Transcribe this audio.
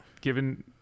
given